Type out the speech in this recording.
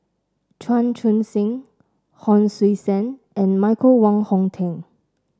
Chan Chun Sing Hon Sui Sen and Michael Wong Hong Teng